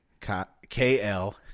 KL